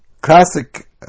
classic